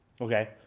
okay